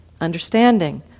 Understanding